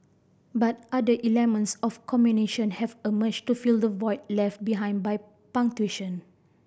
but other of communication have emerged to fill the void left behind by punctuation